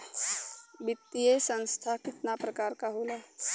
वित्तीय संस्था कितना प्रकार क होला?